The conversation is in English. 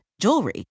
jewelry